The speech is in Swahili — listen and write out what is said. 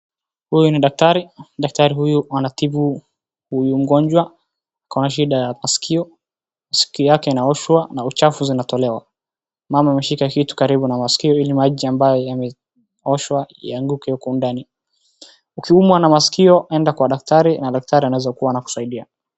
Huyu ni daktari, daktari huyu anatibu huyu mgonjwa, ako na shida ya maskio, skio yake inaoshwa na uchafu zinatolewa. Mama ameshika kitu karibu na maskio ili maji ambayo yameoshwa ianguke huko ndani, ukiumwa na maskio enda kwa daktari na daktari anaweza kuwa anakusaidia.